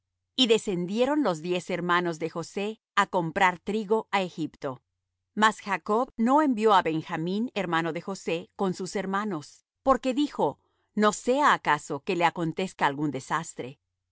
y descendieron los diez hermanos de josé á comprar trigo á egipto mas jacob no envió á benjamín hermano de josé con sus hermanos porque dijo no sea acaso que le acontezca algún desastre